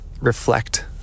reflect